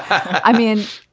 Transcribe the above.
i mean,